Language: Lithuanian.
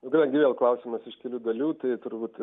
nu kadangi vėl klausimas iš kelių dalių tai turbūt